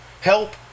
help